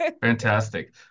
Fantastic